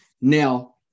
Now